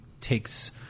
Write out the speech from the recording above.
takes